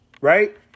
right